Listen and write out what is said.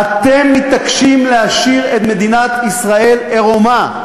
אתם מתעקשים להשאיר את מדינת ישראל עירומה.